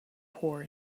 poor